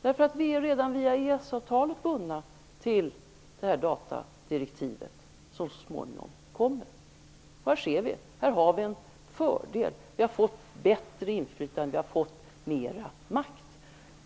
Vi är redan via EES-avtalet bundna till det här datadirektivet som kommer så småningom. Här har vi nu en fördel. Vi har bättre inflytande och mera makt.